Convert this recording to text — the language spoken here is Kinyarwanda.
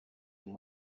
uyu